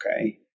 Okay